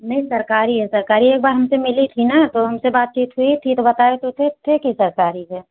नहीं सरकारी है सरकारी एक बार हमसे मिली थी ना तो हमसे बातचीत हुई थी तो बताए तो थे थे कि सरकारी है